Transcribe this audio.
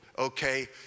Okay